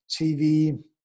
TV